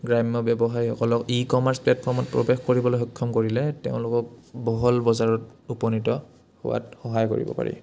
গ্ৰাম্য ব্যৱসায়সকলক e commerce প্লেটফৰ্মত প্ৰৱেশ কৰিবলৈ সক্ষম কৰিলে তেওঁলোকক বহল বজাৰত উপনীত হোৱাত সহায় কৰিব পাৰি